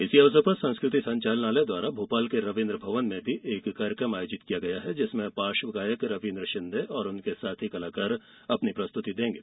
इस अवसर पर संस्कृति संचालनालय द्वारा भोपाल के रविन्द्र भवन में एक कार्यक्रम का आयोजन किया गया है जिसमें पार्श्व गायक रविन्द्र सिन्दे और उनके साथी कलाकार प्रस्तुति देंगे